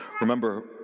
Remember